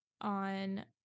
on